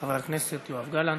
חבר הכנסת יואב גלנט.